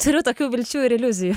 turiu tokių vilčių ir iliuzijų